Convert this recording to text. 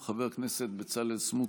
חבר הכנסת בצלאל סמוטריץ',